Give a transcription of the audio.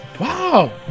Wow